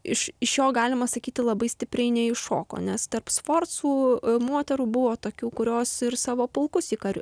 iš iš jo galima sakyti labai stipriai neiššoko nes tarp sforcų moterų buvo tokių kurios ir savo pulkus į karių